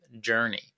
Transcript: journey